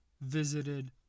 visited